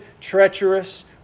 treacherous